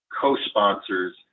co-sponsors